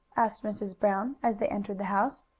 asked mrs. brown, as they entered the house.